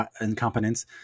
incompetence